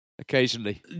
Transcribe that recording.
occasionally